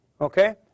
Okay